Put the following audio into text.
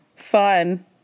Fun